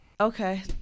Okay